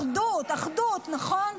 אחדות, אחדות, נכון?